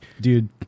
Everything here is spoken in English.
dude